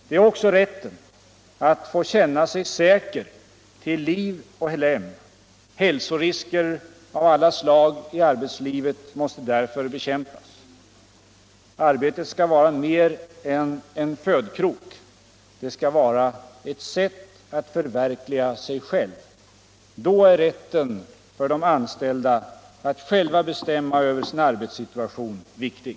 Det är också rätten att få känna sig säker till liv och Iem. Hälsorisker av alla slag i arbetslivet måste därför bekämpas. Arbetcet skall vara mer iän en födkrok. Det skall vara ett sätt att förverkliga sig själv. Då är rätten för de anställda att själva bestämma över sin arbetssituation viktig.